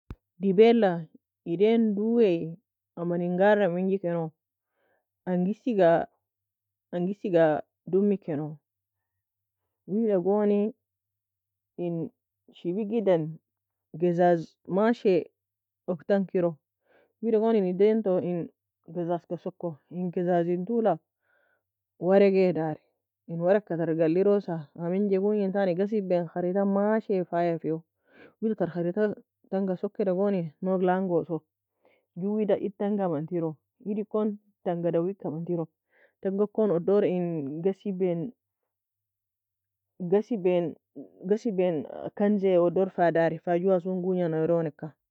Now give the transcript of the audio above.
Dibela edain dowie aman en gara mengi keno Angesi ga Angesi ga domi keno wida goni in shebigi den gezaz mashi oug tana kiro wida goni en edain toe in gezaz ka soko in gezaz en toela ورق dari en ورق ka tr galirosa a menga gongei entani ghasiebane خريطةmashi faya feiow ter خريطة tenga sokeda goni Nouge langoso jue wida Ede tanga amantiro Ede ekoni tunga dowie ka amantero tunga kon odore in ghasibae ghasibae ghasibae kanze odor fadari fajowa asoon gonga neroneka